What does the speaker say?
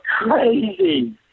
crazy